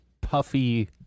puffy